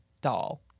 Doll